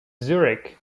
zurich